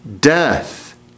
death